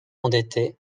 endetté